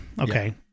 Okay